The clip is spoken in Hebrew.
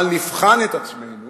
אבל נבחן את עצמנו